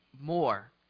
more